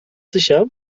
sicher